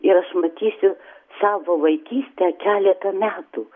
ir aš matysiu savo vaikystę keletą metų